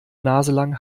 naselang